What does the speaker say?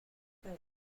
seven